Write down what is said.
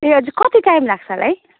ए हजुर कति टाइम लाग्छ होला है